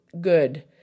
good